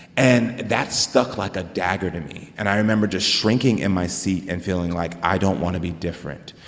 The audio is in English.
and that stuck like a dagger to me. and i remember just shrinking in my seat and feeling like i don't want to be different.